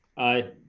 aye,